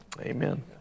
Amen